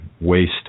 waste